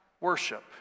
worship